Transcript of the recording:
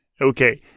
Okay